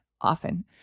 often